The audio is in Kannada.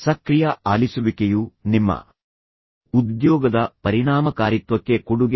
ಸಕ್ರಿಯ ಆಲಿಸುವಿಕೆಯು ನಿಮ್ಮ ಉದ್ಯೋಗದ ಪರಿಣಾಮಕಾರಿತ್ವಕ್ಕೆ ಕೊಡುಗೆ ನೀಡುತ್ತದೆ